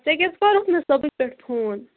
ژےٚ کیٛازِ کوٚرُتھ نہٕ صُبحٕکہِ پٮ۪ٹھ فون